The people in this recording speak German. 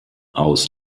aus